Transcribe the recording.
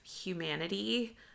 humanity